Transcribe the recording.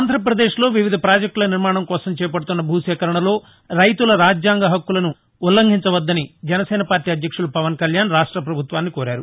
ఆంధ్రప్రదేశ్లో వివిధ ప్రాజెక్టుల నిర్మాణం కోసం చేపడుతున్న భూసేకరణ లో రైతుల రాజ్యాంగ హక్కులను ఉల్లఘించవద్దని జనసేనపార్టీ అధ్యక్షులు పవన్కళ్యాణ్ రాష్టపభుత్వాన్ని కోరారు